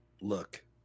Look